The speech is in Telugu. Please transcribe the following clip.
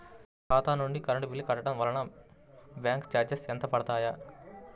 నా ఖాతా నుండి కరెంట్ బిల్ కట్టడం వలన బ్యాంకు చార్జెస్ ఎంత పడతాయా?